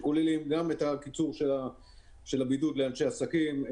שכוללים גם את הקיצור של הבידוד לאנשי עסקים.